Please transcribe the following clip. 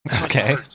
Okay